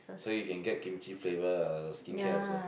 so you can get Kimchi flavour skincare also